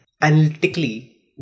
analytically